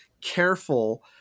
careful